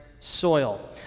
soil